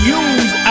use